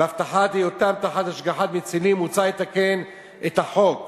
והבטחת היותם תחת השגחת מצילים, מוצע לתקן את החוק